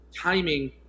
timing